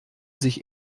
sich